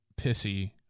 pissy